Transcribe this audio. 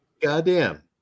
Goddamn